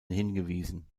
hingewiesen